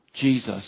Jesus